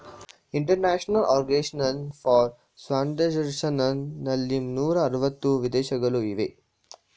international organisation for standardisation ನಲ್ಲಿ ನೂರ ಅರವತ್ತು ವಿದೇಶಗಳು ಇವೆ